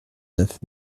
neuf